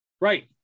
Right